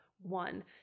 one